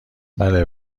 بله